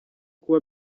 kuba